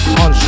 on